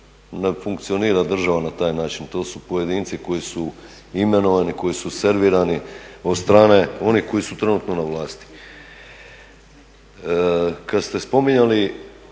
Ne funkcionira država na taj način, to su pojedinci koji su imenovani, koji su servirani od strane onih koji su trenutno na vlasti. Kada ste spominjali